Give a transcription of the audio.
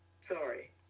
Sorry